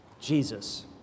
Jesus